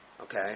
Okay